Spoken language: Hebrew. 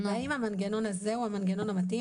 האם המנגנון הזה הוא המנגנון המתאים?